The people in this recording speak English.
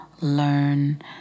learn